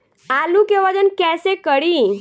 आलू के वजन कैसे करी?